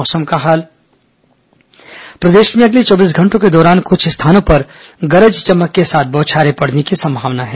मौसम प्रदेश में अगले चौबीस घंटों के दौरान कुछ स्थानों पर गरज चमक के साथ बौछारें पड़ने की संभावना है